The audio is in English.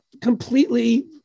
completely